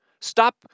Stop